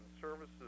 Services